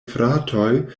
fratoj